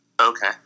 Okay